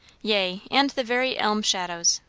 yea, and the very elm shadows,